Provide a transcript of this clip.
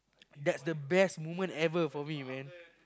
that's the best moment ever for me man